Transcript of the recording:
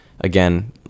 again